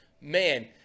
man